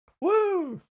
woo